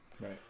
Right